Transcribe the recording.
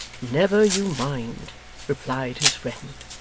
never you mind replied his friend.